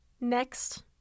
Next